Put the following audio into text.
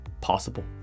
possible